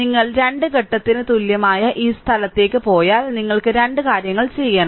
നിങ്ങൾ 2 ഘട്ടത്തിന് തുല്യമായ ഈ സ്ഥലത്തേക്ക് പോയാൽ നിങ്ങൾക്ക് 2 കാര്യങ്ങൾ ചെയ്യണം